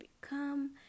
become